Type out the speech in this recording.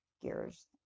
gears